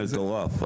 מטורף.